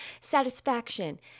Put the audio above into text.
satisfaction